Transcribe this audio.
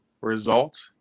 result